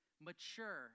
mature